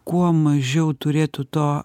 kuo mažiau turėtų to